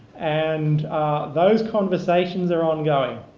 and those conversations are ongoing.